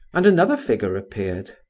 and another figure appeared.